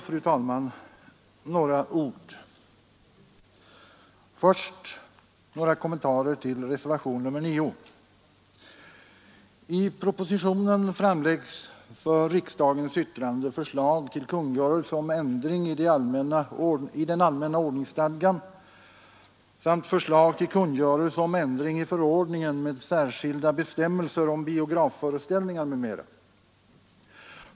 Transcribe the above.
Först några kommentarer till reservationen 9. I propositionen framläggs för riksdagens yttrande förslag till kungörelse om ändring i den allmänna ordningsstadgan samt förslag till kungörelse om ändring i förordningen med särskilda bestämmelser om biografföreställningar m.m.